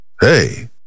hey